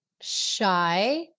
shy